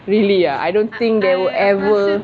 really ah I don't think they will ever